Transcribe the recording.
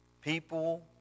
People